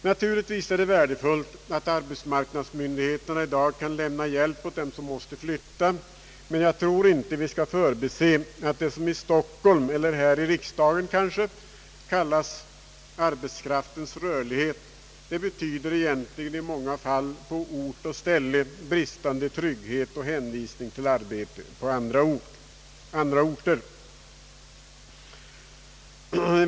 Naturligtvis är det värdefullt att arbetsmarknadsmyndigheterna i dag kan lämna hjälp åt dem som måste flytta, men jag tror inte vi skall förbise att det, som i Stockholm eller kanske här i riksdagen kallas arbetskraftens rörlighet, egentligen i många fall på ort och ställe betyder bristande trygghet och hänvisning till arbete på annan ort.